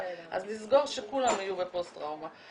אז לסגור, שכולם יהיו בפוסט טראומה.